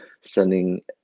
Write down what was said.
sending